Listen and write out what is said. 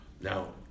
Now